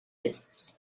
business